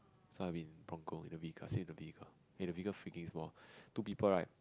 so I'm in bronco in the B vehicle I stay in the vehicle and the vehicle freaking small two people right